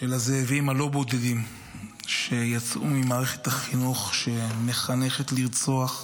של הזאבים הלא-בודדים שיצאו ממערכת החינוך שמחנכת לרצוח,